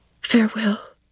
Farewell